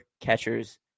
catchers